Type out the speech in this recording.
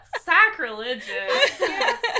sacrilegious